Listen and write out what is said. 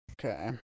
Okay